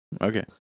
okay